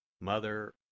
Mother